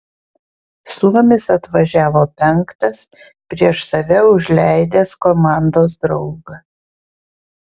suomis atvažiavo penktas prieš save užleidęs komandos draugą